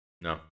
No